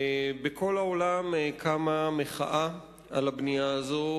בכל העולם קמה מחאה על הבנייה הזו,